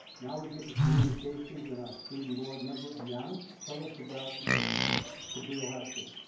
now we get to communications and our student board member aiyana. tell us about cabrillo high school.